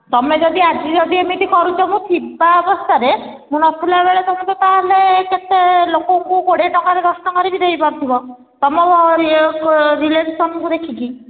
ତୁମେ ଯଦି ଆଜି ଯଦି ଏମିତି କରୁଛ ମୁଁ ଥିବା ଅବସ୍ଥାରେ ମୁଁ ନଥିଲା ବେଳେ ତୁମେ ତ ତା'ହେଲେ କେତେ ଲୋକଙ୍କୁ କୋଡ଼ିଏ ଟଙ୍କାରେ ଦଶ ଟଙ୍କାରେ ବି ଦେଇପାରୁଥିବ ତୁମ ରିଲେସନ୍କୁ ଦେଖିକି